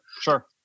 sure